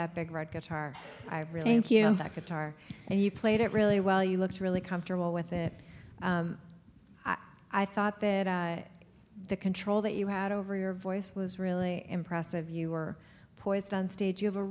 that big red guitar i really thank you that guitar and you played it really well you looked really comfortable with it i thought that i the control that you had over your voice was really impressive you were poised on stage you have a